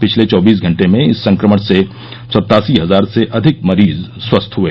पिछले चौबीस घंटे में इस संक्रमण से सत्तासी हजार से अधिक मरीज स्वस्थ हुए